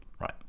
right